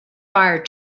fire